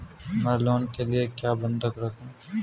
मैं लोन के लिए क्या बंधक रखूं?